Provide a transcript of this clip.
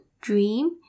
Dream